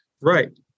right